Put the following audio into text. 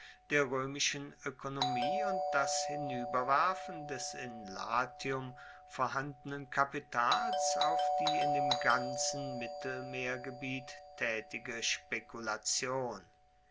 der roemischen oekonomie und das hinueberwerfen des in latium vorhandenen kapitals auf die in dem ganzen mittelmeergebiet taetige spekulation